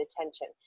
attention